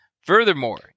Furthermore